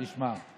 תשמע,